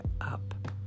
up